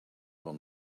will